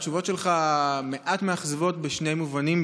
התשובות שלך מעט מאכזבות בשני מובנים,